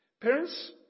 Parents